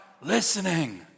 listening